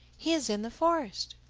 he is in the forest.